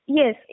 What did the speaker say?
yes